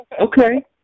Okay